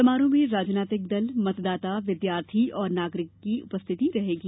समारोह में राजनैतिक दल मतदाता विद्यार्थी और नागरिक की उपस्थिति रहेगी